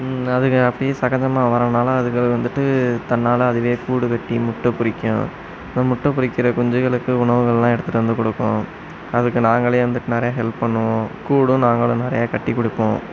அதுங்க அப்போயே சகஜமாக வரனால் அதுகளுக்கு வந்துவிட்டு தன்னால் அதுவே கூடு கட்டி முட்டை பொரிக்கும் முட்டை பொரிக்கிற குஞ்சுகளுக்கு உணவுகள்லாம் எடுத்துகிட்டு வந்து கொடுக்கும் அதுக்கு நாங்களே வந்துட் நிறையா ஹெல்ப் பண்ணுவோம் கூடும் நாங்களும் நிறையா கட்டி கொடுப்போம்